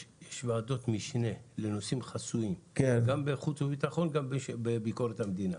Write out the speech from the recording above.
יש ועדות משנה לנושאים חסויים גם בחוץ וביטחון וגם בביקורת המדינה.